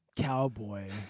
Cowboy